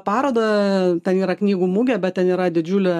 parodą ten yra knygų mugė bet ten yra didžiulė